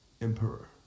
emperor